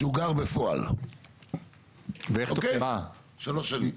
שהוא גר בפועל שלוש שנים.